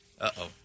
Uh-oh